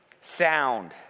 Sound